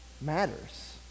matters